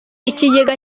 ikigega